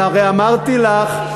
אבל אמרתי לך,